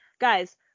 guys